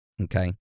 okay